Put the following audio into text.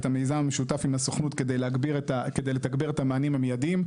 את המיזם המשותף עם הסוכנות כדי לתגבר את המענים המיידים.